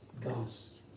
God's